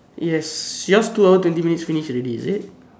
yes yours two hour twenty minutes finish already is it